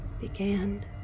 began